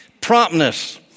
Promptness